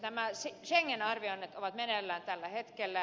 nämä schengen arvioinnit ovat meneillään tällä hetkellä